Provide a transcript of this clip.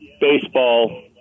baseball